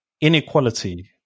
inequality